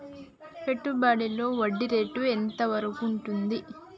పెట్టుబడులలో వడ్డీ రేటు ఎంత వరకు ఉంటది?